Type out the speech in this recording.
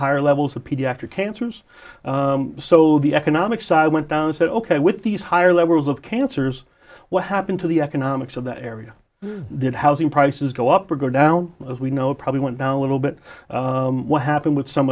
higher levels of pediatric cancers so the economic side went down is that ok with these higher levels of cancers what happened to the economics of that area then housing prices go up or go down as we know probably went down a little bit what happened with some